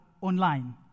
online